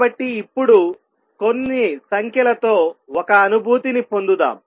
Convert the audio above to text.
కాబట్టి ఇప్పుడు కొన్ని సంఖ్యల తో ఒక అనుభూతిని పొందుదాం